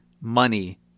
money